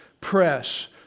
press